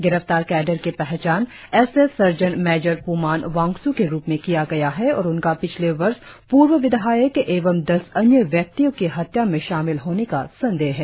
गिरफ्तार कैडर की पहचान एस एस सर्जेंट मेजर प्मान वांग्सू के रुप में किया गया है और उनका पिछले वर्ष पूर्व विधायक एवं दस अन्य व्यक्तियों की हत्या में शामिल होने का संदेह हैं